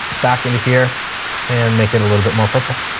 back into here and make it a little bit more purple.